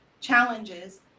challenges